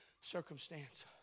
circumstance